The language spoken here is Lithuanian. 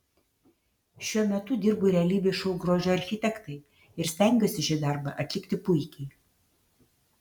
šiuo metu dirbu realybės šou grožio architektai ir stengiuosi šį darbą atlikti puikiai